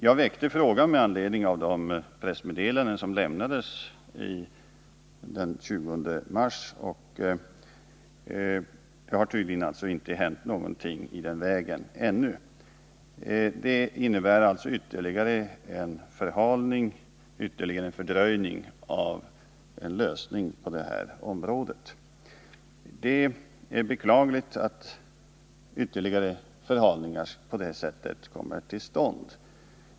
Jag väckte frågan med anledning av de pressmeddelanden som lämnades den 20 mars, och det har tydligen inte hänt någonting i den vägen ännu. Det innebär alltså ytterligare en fördröjning av en lösning på det här området. Det är beklagligt att ytterligare förhalningar på det sättet kommer till stånd.